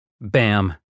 Bam